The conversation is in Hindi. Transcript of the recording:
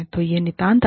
तो यह नितांत आवश्यक है